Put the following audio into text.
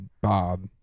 Bob